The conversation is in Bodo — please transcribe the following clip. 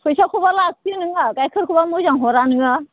फैसाखौबा लाखियो नोङो गाइखेरखौबा मोजां हरा नोङो